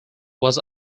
was